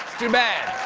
too bad.